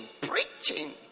Preaching